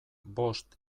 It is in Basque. bost